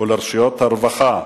ולרשויות הרווחה,